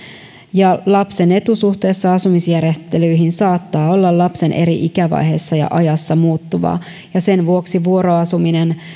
lapsen etu suhteessa asumisjärjestelyihin saattaa olla lapsen eri ikävaiheissa ja ajassa muuttuvaa ja sen vuoksi